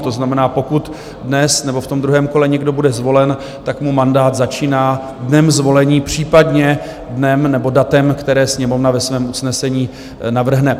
To znamená, pokud dnes nebo ve druhém kole někdo bude zvolen, tak mu mandát začíná dnem zvolení, případně dnem nebo datem, které Sněmovna ve svém usnesení navrhne.